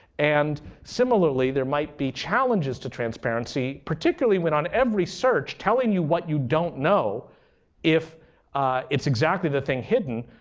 and similarly, there might be challenges to transparency, particularly when on every search telling you what you don't know if it's exactly the thing hidden.